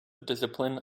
discipline